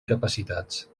capacitats